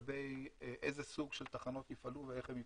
לגבי איזה סוג של תחנות יפעלו ואיך הן יפעלו.